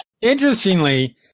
interestingly